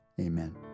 Amen